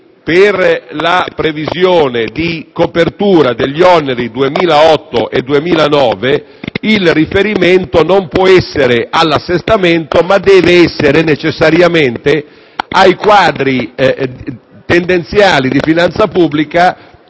per la previsione di copertura degli oneri 2008 e 2009 il riferimento non può essere all'assestamento, ma deve essere necessariamente ai quadri tendenziali di finanza pubblica